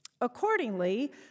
Accordingly